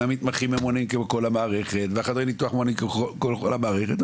והמתמחים ממונים כמו כל המערכת וחדרי הניתוח ממומנים כמו כל המערכת,